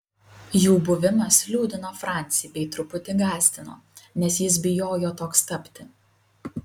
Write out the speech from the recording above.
jų buvimas liūdino francį bei truputį gąsdino nes jis bijojo toks tapti